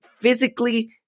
physically